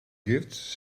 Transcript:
gifts